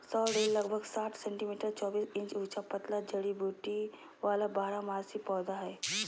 sorrel लगभग साठ centimetre चौबीस इंच ऊंचा पतला जड़ी बूटी वाला बारहमासी पौधा हइ